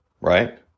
Right